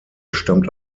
stammt